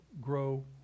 grow